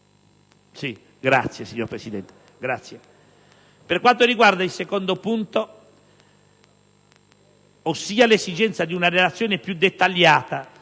e del tessuto produttivo. Per quanto riguarda il secondo punto, ossia l'esigenza di una relazione più dettagliata